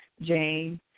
Jane